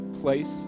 place